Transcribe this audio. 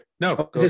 no